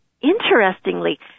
Interestingly